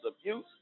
abuse